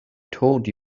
told